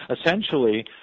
essentially